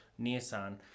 nissan